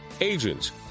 agents